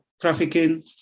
trafficking